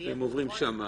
ועוברים שמה.